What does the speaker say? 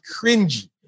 cringy